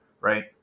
right